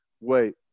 wait